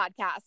podcast